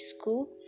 school